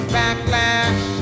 backlash